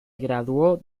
graduó